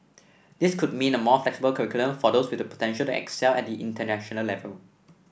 this could mean a more flexible curriculum for those with the potential to excel at the international level